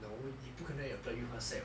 no 你不可能有 apply yu hua sec [what]